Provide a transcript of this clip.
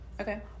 okay